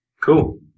Cool